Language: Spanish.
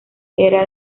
era